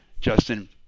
Justin